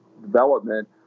development